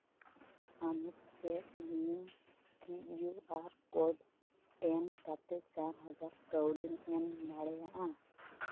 ᱟᱢ ᱪᱮᱫ ᱱᱤᱭᱮ ᱠᱤᱭᱩᱼᱟᱨ ᱠᱳᱰ ᱥᱠᱮᱱ ᱠᱟᱛᱮᱫ ᱪᱟᱨ ᱦᱟᱡᱟᱨ ᱠᱟᱹᱣᱰᱤᱢ ᱮᱢ ᱫᱟᱲᱮᱭᱟᱜᱼᱟ